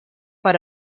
per